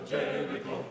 Jericho